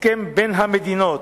הסכם בין המדינות,